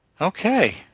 Okay